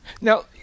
Now